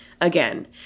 again